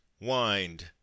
wind